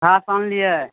घास आनलियै